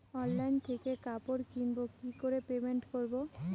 Online থেকে কাপড় কিনবো কি করে পেমেন্ট করবো?